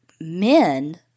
men